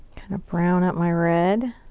kind of brown up my red.